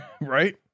Right